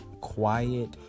Quiet